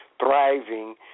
Thriving